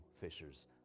fishers